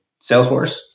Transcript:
Salesforce